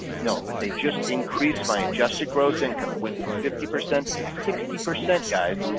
no but they just increase my adjusted gross income. it went from fifty percent to sixty percent guys.